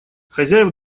хозяев